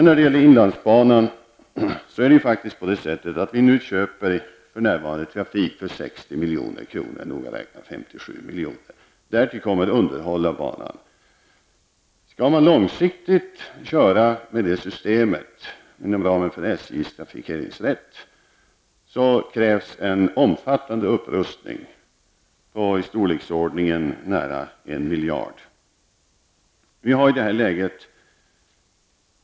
När det gäller inlandsbanan köper vi för närvarande trafik för noga räknat 57 milj.kr. Därtill kommer underhåll av banan. Skall man långsiktigt köra med det systemet inom ramen för SJs trafikeringsrätt krävs en omfattande upprustning för i storleksordningen nära 1 miljard kronor.